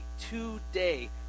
today